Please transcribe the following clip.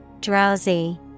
Drowsy